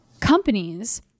Companies